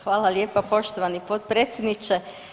Hvala lijepa poštovani potpredsjedniče.